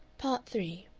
part three